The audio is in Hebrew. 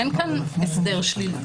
אין כאן הסדר שלילי,